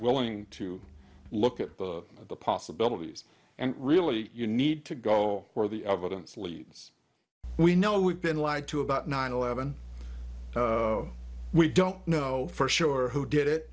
willing to look at the possibilities and really you need to go where the evidence leads we know we've been lied to about nine eleven we don't know for sure who did it